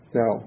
no